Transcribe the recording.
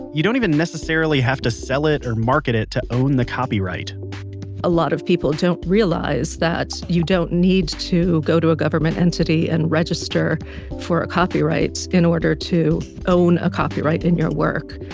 you don't even necessarily have to sell it or market it to own the copyright a lot of people don't realize that you don't need to go to a government entity and register for a copyright in order to own a copyright in your work.